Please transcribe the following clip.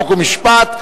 חוק ומשפט,